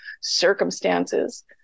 circumstances